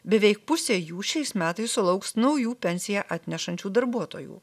beveik pusė jų šiais metais sulauks naujų pensiją atnešančių darbuotojų